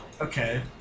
Okay